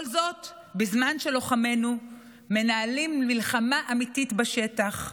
כל זאת בזמן שלוחמינו מנהלים מלחמה אמיתית בשטח,